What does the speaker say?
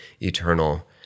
eternal